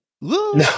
no